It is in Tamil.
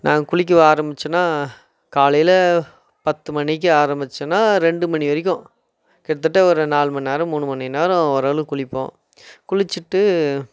நாங்கள் குளிக்க ஆரம்பிச்சோன்னா காலையில் பத்து மணிக்கு ஆரம்பிச்சோன்னா ரெண்டுமணி வரைக்கும் கிட்டதட்ட ஒரு நாலு மண் நேரம் மூணு மணி நேரம் ஓரளவுக்கு குளிப்போம் குளிச்சிவிட்டு